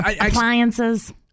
appliances